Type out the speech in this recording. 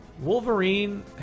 Wolverine